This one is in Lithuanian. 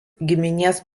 giminės